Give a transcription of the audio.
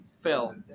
Phil